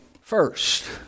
First